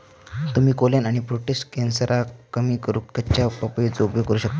तुम्ही कोलेन आणि प्रोटेस्ट कॅन्सरका कमी करूक कच्च्या पपयेचो उपयोग करू शकतास